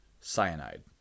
cyanide